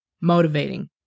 motivating